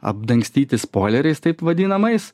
apdangstyti spoleriais taip vadinamais